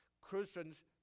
Christians